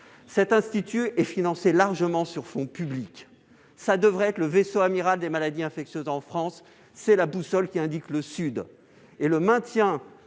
cet institut est largement financé par des fonds publics. Il devrait être le vaisseau amiral des maladies infectieuses en France, or c'est la boussole qui indique le sud ! Le maintien